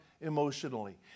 emotionally